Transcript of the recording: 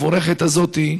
המבורכת הזאת,